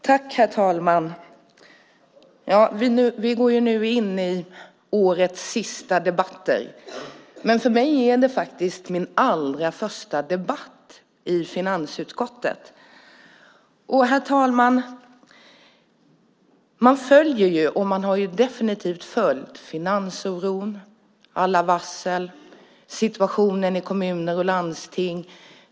Herr talman! Vi går nu in i årets sista debatter, men för mig är det här min allra första debatt som ledamot i finansutskottet. Jag har följt och följer finansoron med alla varsel och situationen i kommuner och landsting.